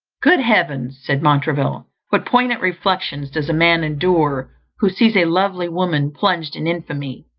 good heavens! said montraville, what poignant reflections does a man endure who sees a lovely woman plunged in infamy,